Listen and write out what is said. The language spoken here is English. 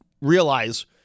realize